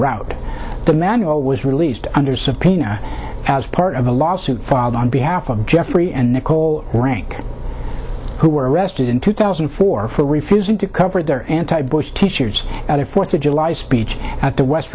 route the manual was released under subpoena as part of a lawsuit filed on behalf of jeffrey and nicole rank who were arrested in two thousand and four for refusing to cover their anti bush teachers at a fourth of july speech at the west